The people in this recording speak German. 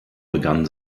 begann